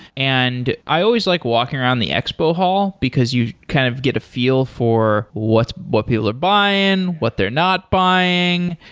and i always like walking around the expo hall, because you kind of get a feel for what what people are buying, what they're not buying.